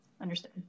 Understood